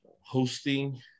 hosting